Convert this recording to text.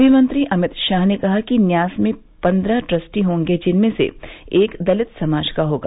गृहमंत्री अमित शाह ने कहा है कि न्यास में पन्द्रह ट्रस्टी होंगे जिनमें से एक दलित समाज का होगा